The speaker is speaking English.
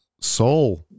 soul